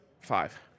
five